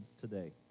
today